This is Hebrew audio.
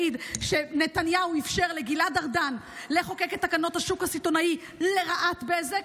העיד שנתניהו אפשר לגלעד ארדן לחוקק את תקנות השוק הסיטונאי לרעת בזק,